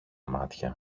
μάτια